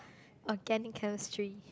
Organic Chemistry